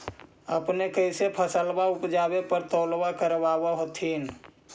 अपने कैसे फसलबा उपजे पर तौलबा करबा होत्थिन?